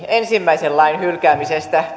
ensimmäisen lain hylkäämisestä